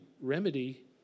remedy